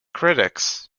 critics